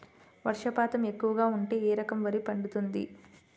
వర్షపాతం ఎక్కువగా ఉంటే ఏ రకం వరి పండుతుంది?